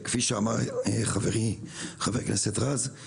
כפי שאמר חבר הכנסת רז,